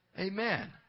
Amen